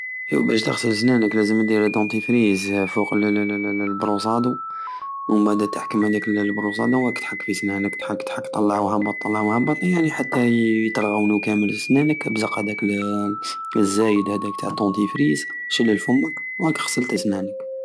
او بش تخسل سنانك لازم دير دنتيفريز فوق لللل- لبروصادو ومبعد تحكم هديك البروصاد وراك تحك في سنانك تحك تحك طلع وهبط طلع وهبط يعني حتى يطلعو كامل سنانك ابزق هداك ال- الزايد هداك تع دونتيفريز شلل فمك وهاك غسلت سنانك